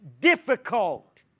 difficult